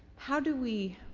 how do we